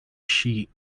sheet